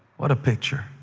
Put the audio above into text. what a picture.